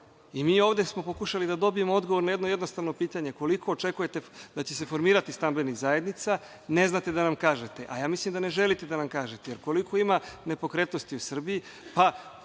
smo ovde pokušali da dobijemo odgovor na jedno jednostavno pitanje – koliko očekujete da će se formirati stambenih zajednica? Ne znate da nam kažete, a mislim da ne želite da nam kažete koliko ima nepokretnosti u Srbiji.